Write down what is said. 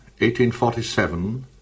1847